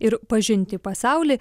ir pažinti pasaulį